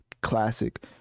classic